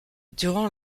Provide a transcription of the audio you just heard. durant